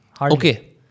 Okay